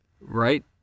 Right